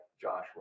joshua